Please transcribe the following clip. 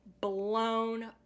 blown